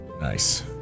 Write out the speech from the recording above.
Nice